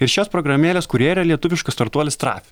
ir šios programėlės kūrėjai yra lietuviškas startuolis trafi